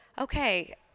okay